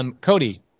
Cody